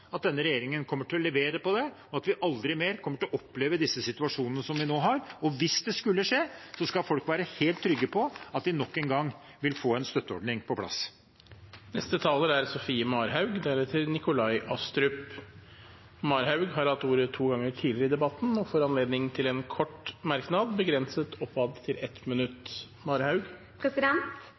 at denne regjeringen kommer til å levere på det, og at vi aldri mer kommer til å oppleve disse situasjonene som vi nå har. Og hvis det skulle skje, skal folk være helt trygge på at vi nok en gang vil få en støtteordning på plass. Strømprisene blir ikke lavere av å skaffe mer kraft ved å bygge ned naturen så lenge vi er koblet på større prisområder med høye og